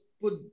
put